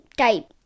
type